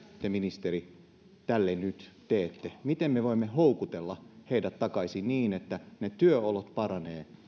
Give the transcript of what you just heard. te ministeri tälle nyt teette miten me voimme houkutella heidät takaisin niin että ne työolot paranevat